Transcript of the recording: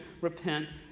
repent